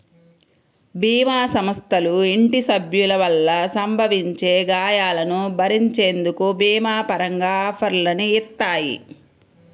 భీమా సంస్థలు ఇంటి సభ్యుల వల్ల సంభవించే గాయాలను భరించేందుకు భీమా పరంగా ఆఫర్లని ఇత్తాయి